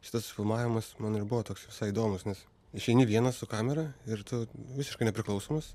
šitas filmavimas man ir buvo toks visai įdomūs nes išeini vienas su kamera ir tu visiškai nepriklausomas